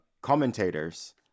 commentators